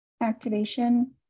Activation